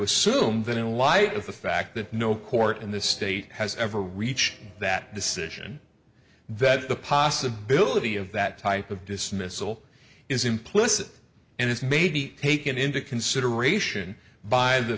assume that in light of the fact that no court in this state has ever reach that decision that the possibility of that type of dismissal is implicit and it's maybe taken into consideration by the